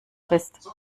bist